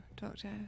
Doctor